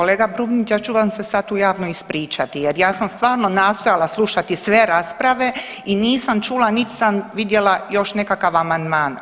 Kolega Grubnić, ja ću vam se sad tu javno ispričati jer ja sam stvarno nastojala slušati sve rasprave i nisam čula, niti sam vidjela još nekakav amandman.